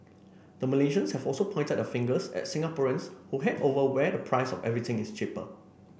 the Malaysians have also pointed their fingers at Singaporeans who head over where the price of everything is cheaper